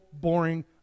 boring